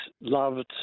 loved